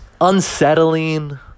Unsettling